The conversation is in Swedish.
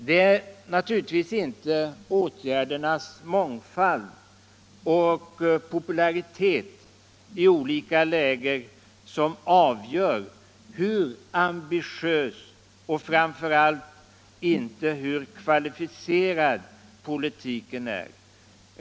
Det är naturligtivs inte åtgärdernas mångfald och popularitet i olika läger som avgör hur ambitiös och framför allt hur kvalificerad politiken är.